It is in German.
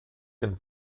dem